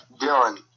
Dylan